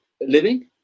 living